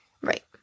Right